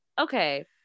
okay